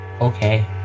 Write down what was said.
Okay